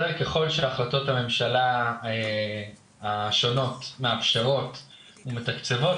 ככל שהחלטות הממשלה השונות מאפשרות ומתקצבות,